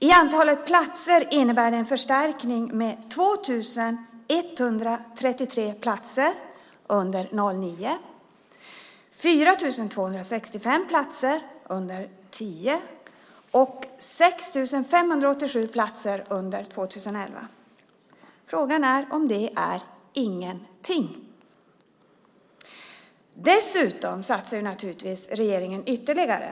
I antal platser innebär det en förstärkning med 2 133 platser under 2009, 4 265 platser under 2010 och 6 587 platser under 2011. Frågan är om det är ingenting. Dessutom satsar naturligtvis regeringen ytterligare.